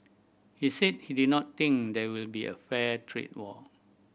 he said he did not think there will be a fair trade war